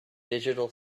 digital